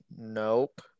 nope